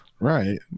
Right